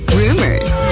rumors